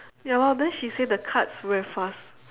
ya lor then she say the cards we are fast